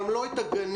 גם לא את הגנים,